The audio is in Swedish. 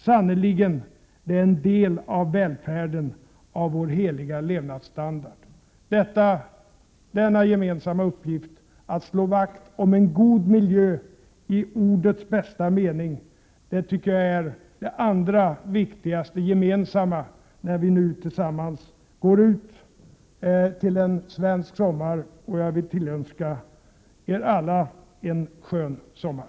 Sannerligen, det är en del av välfärden, av vår heliga ”levnadsstandard".” Att slå vakt om en god miljö i ordets bästa mening är en annan viktig gemensam uppgift när vi nu tillsammans går ut till en svensk sommar. Jag vill tillönska er alla en skön sommar!